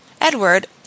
Edward